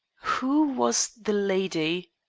who was the lady?